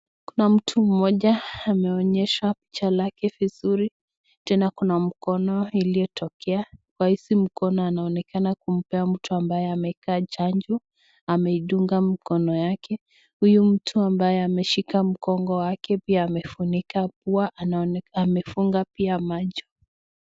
Kuna mtu mmoja ameonyeshwa picha lake vizuri, tena kuna mkono iliyo tokea kwa hizi mkono anaonekana kumpea mtu ambaye ameeka chanjo, ameidunga mkono yake, huyu mtu ambaye ameshika mgongo yake pia amefunika pua ,amefunga pia macho.